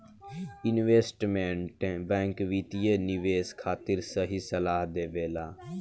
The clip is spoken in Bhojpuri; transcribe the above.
इन्वेस्टमेंट बैंक वित्तीय निवेश खातिर सही सलाह देबेला